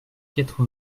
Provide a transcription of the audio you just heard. quatre